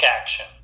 action